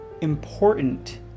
important